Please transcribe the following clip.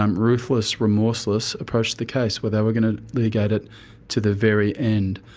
um ruthless, remorseless approach to the case where they were going to litigate it to the very end.